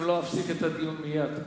אם לא, אפסיק את הדיון מייד.